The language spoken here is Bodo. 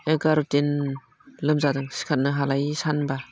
एगार' दिन लोमजादों सिखारनो हालायि सानबा